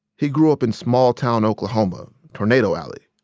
he grew up in small-town oklahoma, tornado alley.